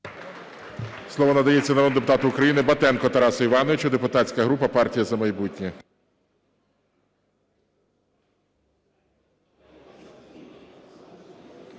Слово надається народному депутату України Батенку Тарасу Івановичу, депутатська група "Партія "За майбутнє".